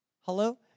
Hello